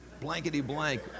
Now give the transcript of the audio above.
blankety-blank